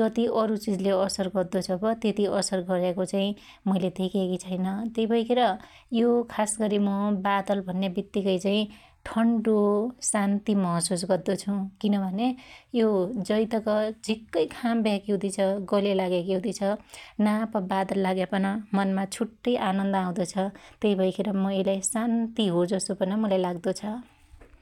जति अरु चिजले असर दर्दा छ प त्यति असर गर्याको चाई मुईले धेक्याकी छैन । तै भैखेर यो खासगरी मु बादल भन्या बित्तीकै चाइ ठन्डो शान्ति महशुस गद्दो छु । किन भन्या यो जैतक झि्कै घाम भयाकी हुदी छ गल्याइ लाग्याकी हुदी छ नाप बादल लाग्यापन मनमा छुट्टै आनन्द आउदो छ । तै भैखेर मु यइलाई शान्ति हो जसो पन मुलाई लाग्दो छ ।